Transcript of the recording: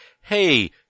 Hey